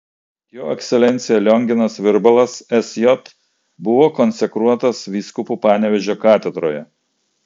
jo ekscelencija lionginas virbalas sj buvo konsekruotas vyskupu panevėžio katedroje